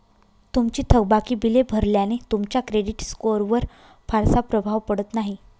तुमची थकबाकी बिले भरल्याने तुमच्या क्रेडिट स्कोअरवर फारसा प्रभाव पडत नाही